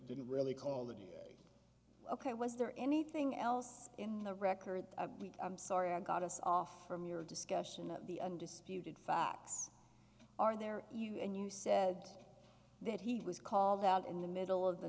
didn't really call the da ok was there anything else in the record i'm sorry i got us off from your discussion of the undisputed facts are there you and you said that he was called out in the middle of the